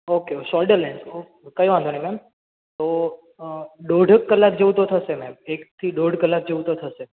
okay shoulder length okay કઈ વાંધો નહીં મેમ ઓ દોઢ એક કલાક જેવું થશે મેમ એકથી દોઢ કલાક જેવું તો થશે